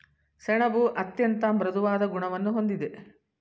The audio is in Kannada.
ಸೆಣಬು ಅತ್ಯಂತ ಮೃದುವಾದ ಗುಣವನ್ನು ಹೊಂದಿದೆ